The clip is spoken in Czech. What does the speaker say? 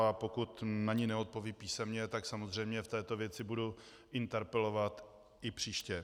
A pokud na ni neodpoví písemně, tak budu samozřejmě v této věci interpelovat i příště.